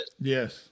Yes